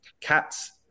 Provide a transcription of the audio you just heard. Cats